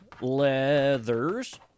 Leathers